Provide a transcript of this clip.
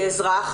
כאזרח,